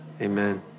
amen